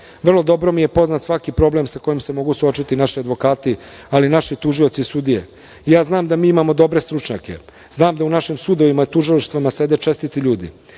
vrlo dobro mi je poznat svaki problem sa kojim se mogu suočiti naši advokati, ali i naši tužioci i sudije. Ja znam da mi imamo dobre stručnjake. Znam da u našim sudovima i tužilaštvima sede čestiti ljudi.